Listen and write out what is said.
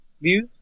views